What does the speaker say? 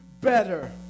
Better